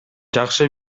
жакшы